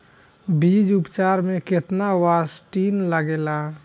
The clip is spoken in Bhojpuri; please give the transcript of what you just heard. बीज उपचार में केतना बावस्टीन लागेला?